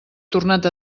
tornat